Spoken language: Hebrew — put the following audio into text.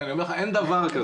אין דבר כזה.